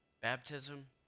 baptism